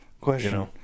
Question